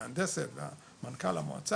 עם מהנדס העיר ועם מנכ"ל המועצה.